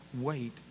wait